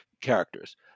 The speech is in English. characters